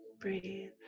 Breathe